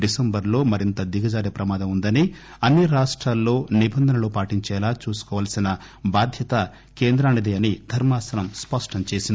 డిసెంబరులో మరింత దిగజారే ప్రమాదం ఉందని అన్ని రాష్ట్రాల్లో నిబంధనలు పాటించేలా చూసుకోవాల్సిన బాధ్యత కేంద్రానిదే అని ధర్మాసనం స్పష్టం చేసింది